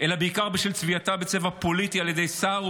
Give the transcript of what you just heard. אלא בעיקר בשל צביעתה בצבע פוליטי על ידי שר,